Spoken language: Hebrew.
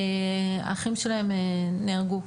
האחים שלהן נהרגו,